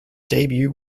debut